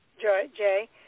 Jay